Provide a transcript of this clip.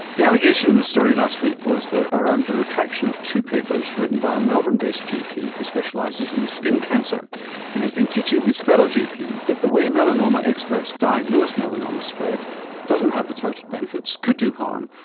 the allegation in the story last week was around the retraction of two papers written by a melbourne based gp who specialises in skin cancer and has been teaching his fellow gps that the way melanoma experts diagnose melanoma spread doesn't have the touted benefits, could do harm,